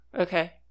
okay